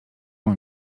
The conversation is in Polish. mam